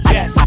Yes